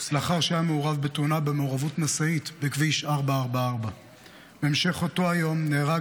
לאחר שהיה מעורב בתאונה במעורבות משאית בכביש 444. בהמשך אותו היום נהרג